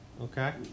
Okay